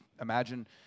imagine